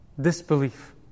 disbelief